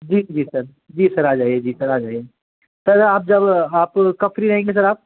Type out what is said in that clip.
जी जी सर जी सर आ जाइए जी सर आ जाइए सर आप जब आप कब फ़्री रहेंगे सर आप